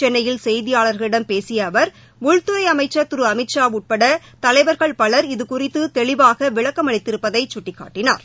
சென்னையில் செய்தியாளர்களிடம் பேசிய அவர் உள்துறை அமைச்சர் திரு அமித்ஷா உட்பட தலைவர்கள் பலர் இது குறித்து தெளிவாக விளக்கம் அளித்திருப்பதை சுட்டிக்காட்டினார்